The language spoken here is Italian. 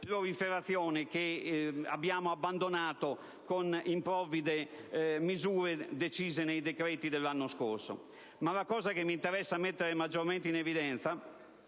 proliferazione, che abbiamo abbandonato con improvvide misure decise nei decreti dell'anno scorso. L'aspetto che però m'interessa mettere maggiormente in evidenza